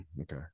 okay